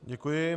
Děkuji.